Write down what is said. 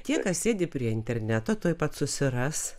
tie kas sėdi prie interneto tuoj pat susiras